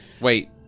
Wait